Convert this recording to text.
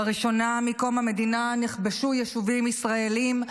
לראשונה מקום המדינה נכבשו יישובים ישראליים,